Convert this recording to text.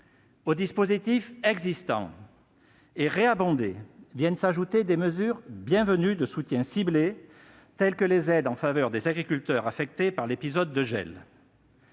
Les dispositifs existants, qui sont réabondés, sont complétés par des mesures bienvenues de soutien ciblées, telles que les aides en faveur des agriculteurs affectés par l'épisode de gel.